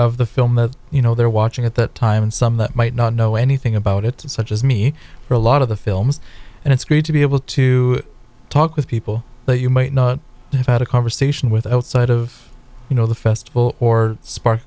of the film of you know they're watching at that time and some that might not know anything about it such as me for a lot of the films and it's great to be able to talk with people that you might not have had a conversation with outside of you know the festival or spark